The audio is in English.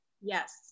Yes